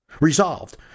Resolved